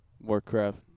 Warcraft